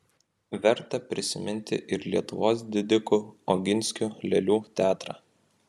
verta prisiminti ir lietuvos didikų oginskių lėlių teatrą